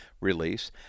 release